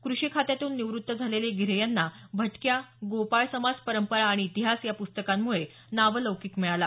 कृषी खात्यातून निवृत्त झालेले गिर्हे यांना भटक्या गोपाळ समाज परंपरा आणि इतिहास या प्स्तकांमुळे नावलौकीक मिळाला